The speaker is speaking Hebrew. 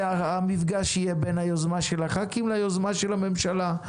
והמפגש יהיה בין היוזמה של הח"כים ליוזמה של הממשלה.